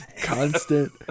constant